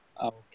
Okay